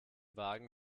wagen